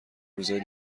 روزای